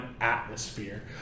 atmosphere